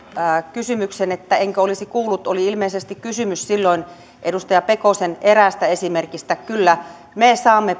kysymykseen että enkö olisi kuullut silloin oli ilmeisesti kysymys edustaja pekosen eräästä esimerkistä kyllä me saamme